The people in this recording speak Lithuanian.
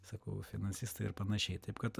sakau finansistai ir panašiai taip kad